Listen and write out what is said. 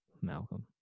Malcolm